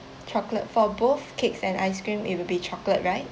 chocolate for both cakes and ice cream it will be chocolate right